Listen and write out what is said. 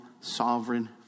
sovereign